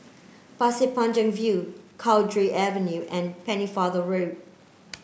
Pasir Panjang View Cowdray Avenue and Pennefather Road